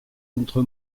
entre